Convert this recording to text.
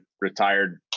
retired